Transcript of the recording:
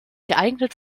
geeignet